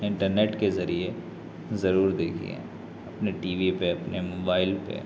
internet کے ذریعہ ضرور دیکھی ہیں اپنے ٹی وی پہ اپنے موبائل پہ